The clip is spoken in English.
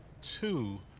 two